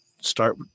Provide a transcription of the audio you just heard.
Start